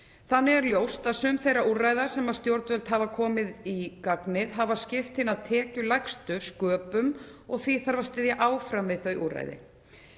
Þannig er ljóst að sum þeirra úrræða sem stjórnvöld hafa komið í gagnið hafa skipt hina tekjulægstu sköpum og því þarf að styðja áfram við þau úrræði.